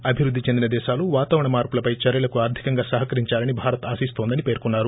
అభివృద్ది చెందిన దేశాలు వాతావరణ మార్పులపై చర్యలకు ఆర్గికంగా సహకరించాలని భారత్ ఆశిస్తోందని పేర్కొన్నారు